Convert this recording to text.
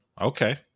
Okay